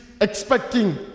expecting